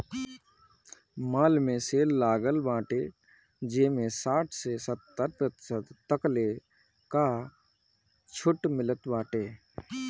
माल में सेल लागल बाटे जेमें साठ से सत्तर प्रतिशत तकले कअ छुट मिलत बाटे